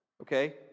okay